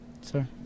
sir